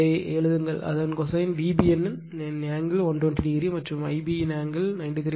இதை எழுதுங்கள் அதன் கொசைன் VBN இன் ஆங்கிள் 120 o மற்றும் Ib இன் ஆங்கிள் 93